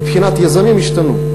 מבחינת היזמים, השתנו,